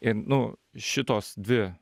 ir nu šitos dvi